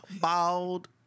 bald